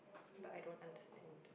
but I don't understand